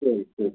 ശരി ശരി